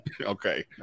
Okay